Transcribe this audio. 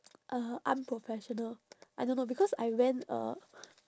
uh unprofessional I don't know because I went uh